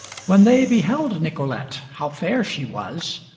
when they beheld nicolete, how fair she was,